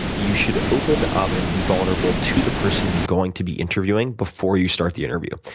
you should open up and be vulnerable to the person you're going to be interviewing before you start the interview.